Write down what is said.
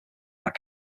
that